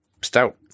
stout